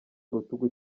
rutugu